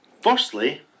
Firstly